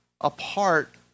apart